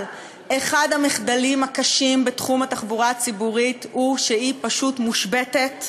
אבל אחד המחדלים הקשים בתחום התחבורה הציבורית הוא שהיא פשוט מושבתת,